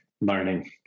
learning